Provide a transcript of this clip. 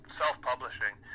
self-publishing